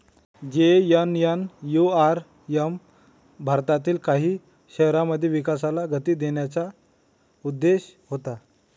JNNURM भारतातील काही शहरांमध्ये विकासाला गती देण्याचा उद्देश होता